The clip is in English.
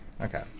Okay